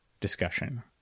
discussion